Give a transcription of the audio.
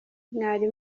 mwari